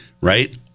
right